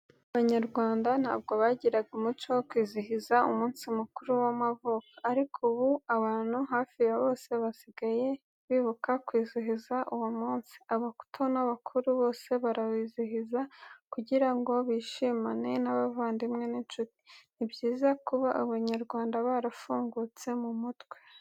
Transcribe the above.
Kera Abanyarwanda ntabwo bagiraga umuco wo kwizihiza umunsi mukuru w'amavuko, ariko ubu abantu hafi ya bose basigaye bibuka kwizihiza uwo munsi, abato n'abakuru bose barawizihiza kugira bishimane n'abavandimwe n'inshuti, Ni byiza kuba Abanyarwanda barafungutse mu mutwe.